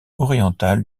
orientale